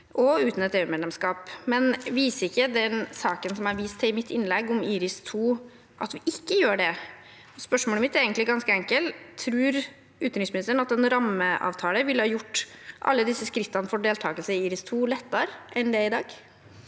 og uten et EU-medlemskap, men viser ikke den saken som jeg viste til i mitt innlegg, om IRIS[2], at vi ikke gjør det? Spørsmålet mitt er egentlig ganske enkelt. Tror utenriksministeren at en rammeavtale ville gjort alle disse skrittene for deltakelse i IRIS[2] lettere enn det er i dag?